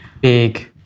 big